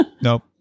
Nope